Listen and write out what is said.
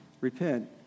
Repent